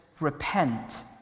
repent